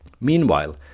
Meanwhile